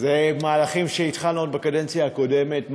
אלה מהלכים שהתחלנו עוד בקדנציה הקודמת,